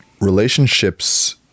relationships